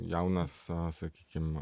jaunas sakykim